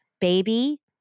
baby